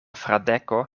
fradeko